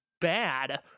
bad